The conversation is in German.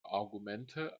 argumente